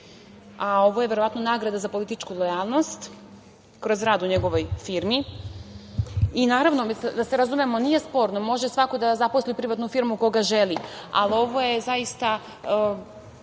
a ovo je, verovatno, nagrada za političku lojalnost kroz rad u njegovoj firmi. Da se razumemo, nije sporno, može svako da zaposli u privatnu firmu koga želi, ali, da kažemo,